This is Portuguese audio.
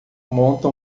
monta